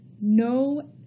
no